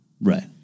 Right